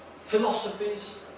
Philosophies